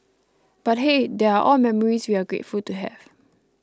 but hey they are all memories we're grateful to have